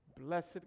blessed